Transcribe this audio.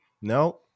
no